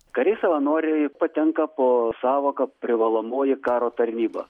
kariai savanoriai patenka po sąvoka privalomoji karo tarnyba